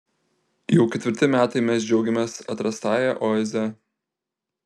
jau ketvirti metai mes džiaugiamės atrastąja oaze